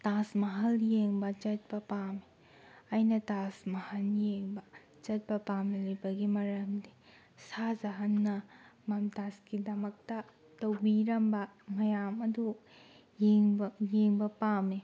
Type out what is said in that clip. ꯇꯥꯖ ꯃꯍꯜ ꯌꯦꯡꯕ ꯆꯠꯄ ꯄꯥꯝꯃꯤ ꯑꯩꯅ ꯇꯥꯖ ꯃꯍꯜ ꯌꯦꯡꯕ ꯆꯠꯄ ꯄꯥꯝꯂꯤꯕꯒꯤ ꯃꯔꯝꯗꯤ ꯁꯍꯥ ꯖꯍꯥꯟꯅ ꯃꯝꯇꯥꯖꯀꯤꯗꯃꯛꯇ ꯇꯧꯕꯤꯔꯝꯕ ꯃꯌꯥꯝ ꯑꯗꯨ ꯌꯦꯡꯕ ꯌꯦꯡꯕ ꯄꯥꯝꯃꯤ